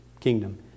kingdom